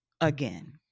again